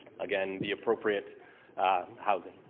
again, the appropriate housing.